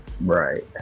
Right